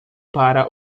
para